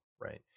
right